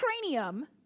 cranium